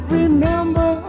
remember